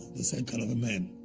the same kind of a man.